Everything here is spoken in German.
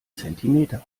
zentimeter